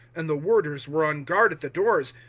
and the warders were on guard at the doors,